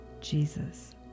Jesus